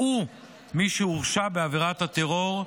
שהוא מי שהורשע בעבירת הטרור,